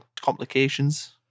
complications